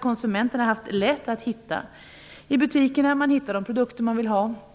konsumenterna haft lätt att hitta de produkter som de vill ha i butikerna.